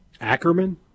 Ackerman